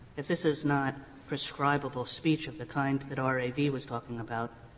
if this is not proscribable speech of the kind that r a v. was talking about,